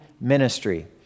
ministry